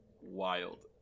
wild